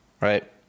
right